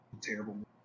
Terrible